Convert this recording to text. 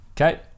Okay